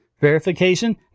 Verification